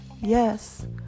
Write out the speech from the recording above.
yes